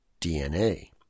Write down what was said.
DNA